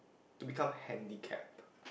to become handicapped